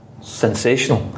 sensational